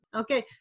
Okay